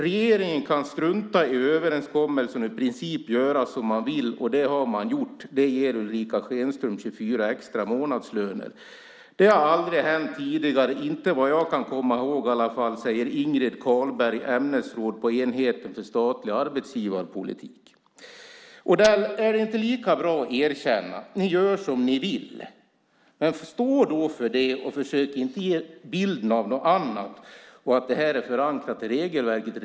Regeringen kan strunta i överenskommelsen och i princip göra som man vill. Och det har man gjort. Det ger Ulrica Schenström 24 extra månadslöner. Det har aldrig hänt tidigare - inte vad jag kan komma ihåg i alla fall. Det säger Ingrid Carlberg, ämnesråd på enheten för statlig arbetsgivarpolitik. Är det inte lika bra att erkänna att ni gör som ni vill, Odell? Men stå då för det och försök inte ge en bild av att detta är förankrat i regelverket!